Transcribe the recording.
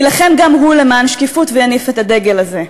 יילחם גם הוא למען שקיפות ויניף את הדגל הזה.